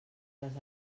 les